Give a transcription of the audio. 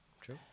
true